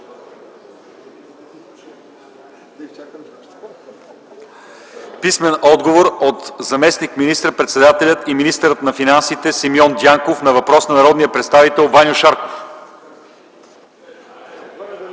писмен отговор от заместник министър-председателя и министър на финансите Симеон Дянков на въпрос на народния представител Ваньо Шарков;